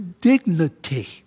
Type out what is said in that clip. dignity